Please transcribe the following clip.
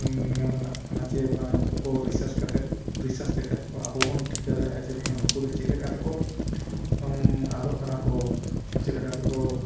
ᱢᱮᱱ ᱨᱮᱱᱟᱜ ᱠᱟᱱᱟ ᱥᱮ ᱵᱟᱝᱼᱟ ᱱᱩᱠᱩ ᱠᱚ ᱨᱤᱥᱟᱨᱪ ᱠᱟᱛᱮᱫ ᱨᱤᱥᱟᱨᱪ ᱞᱮᱠᱷᱟᱱ ᱠᱚ ᱟᱵᱚ ᱵᱚᱱ ᱴᱷᱤᱠᱟᱹ ᱫᱟᱲᱮᱭᱟᱜᱼᱟ ᱡᱮ ᱵᱟᱝ ᱱᱩᱠᱩ ᱫᱚ ᱪᱮᱫ ᱞᱮᱠᱟᱛᱮᱠᱚ ᱟᱫᱚᱜ ᱠᱟᱱᱟ ᱠᱚ ᱪᱮᱫ ᱞᱮᱠᱟ ᱛᱮᱠᱚ